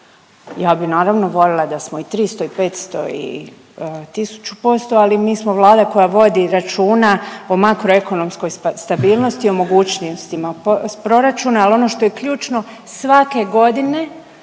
Ja bih naravno volila da smo i 300 i 500 i 1000%. Ali mi smo vlada koja vodi računa o makro ekonomskoj stabilnosti, o mogućnostima proračuna. Ali ono što je ključno svake godine